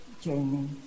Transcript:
journey